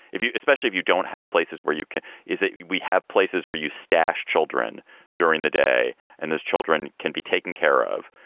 if you especially if you don't have places where you can. is it we have places where you stash children during the day and those children can be taken care of.